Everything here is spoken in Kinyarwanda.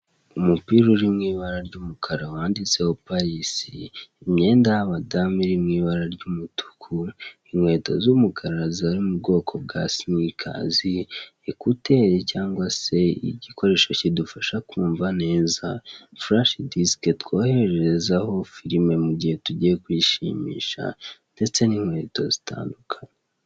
Nubwo igitsinagore atari cyinshi mu batwara cyangwa mu bageza ibintu ku bandi baba babitumijeho bakoresheje ikoranabuhanga, ariko barimo abakobwa ukunze gusangamo cyangwa igitsina gore, muri uwo mwuga wo gutwara ibintu babigeza ku bantu baba babisabye.